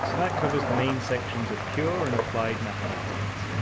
that covers the main sections of pure and applied mathematics,